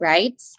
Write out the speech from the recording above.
Right